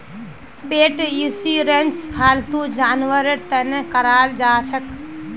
पेट insurance फालतू जानवरेर तने कराल जाछेक